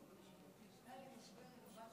יושב-ראש